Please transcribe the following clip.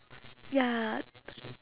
ya